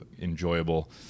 enjoyable